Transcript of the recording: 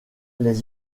les